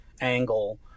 angle